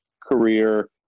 career